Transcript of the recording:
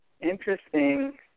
Interesting